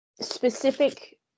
specific